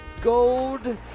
gold